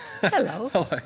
Hello